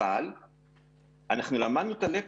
אבל אנחנו למדנו את הלקח.